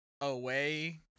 away